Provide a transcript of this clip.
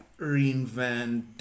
reinvent